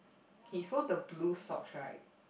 okay so the blue socks right